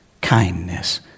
kindness